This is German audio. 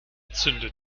zündet